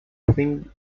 thing